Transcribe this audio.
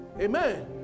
Amen